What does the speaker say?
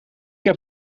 heb